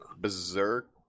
Berserk